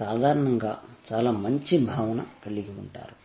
సాధారణంగా చాలా మంచి భావన కలిగి ఉంటారు